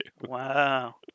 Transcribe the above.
Wow